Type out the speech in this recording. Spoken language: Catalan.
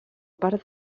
part